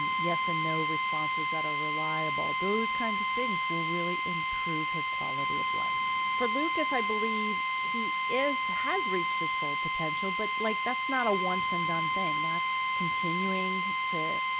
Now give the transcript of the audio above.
yes and no responses that are reliable, those kinds of things will really improve his quality of life. for lucas, i believe he is, has reached his full potential. but like that's not a once and done thing that's continuing to,